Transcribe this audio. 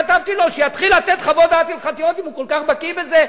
כתבתי לו שיתחיל לתת חוות דעת הלכתיות אם הוא כל כך בקי בזה,